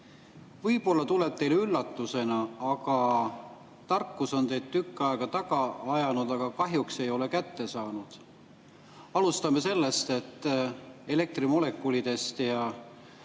Võib-olla tuleb see teile üllatusena: tarkus on teid tükk aega taga ajanud, aga kahjuks ei ole kätte saanud, alustades elektrimolekulidest ja